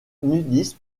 nudistes